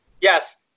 Yes